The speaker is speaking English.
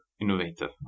innovative